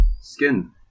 skin